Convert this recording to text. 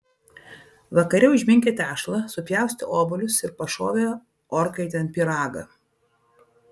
vakare užminkė tešlą supjaustė obuolius ir pašovė orkaitėn pyragą